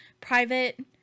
private